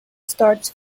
starts